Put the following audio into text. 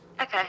Okay